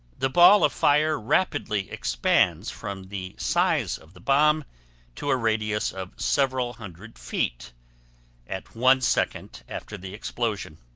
the ball of fire rapidly expands from the size of the bomb to a radius of several hundred feet at one second after the explosion.